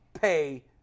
pay